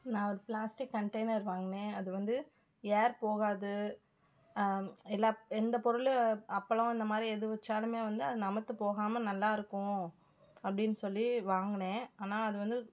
நான் ஒரு plastic container வாங்கினேன் அது வந்து ஏர் போகாது எல்லாம் எந்த பொருளும் அப்பளம் இந்தமாதிரி எது வைச்சாலுமே வந்து அது நமத்து போகாமல் நல்லா இருக்கும் அப்படின்னு சொல்லி வாங்கினேன் ஆனால் அது வந்து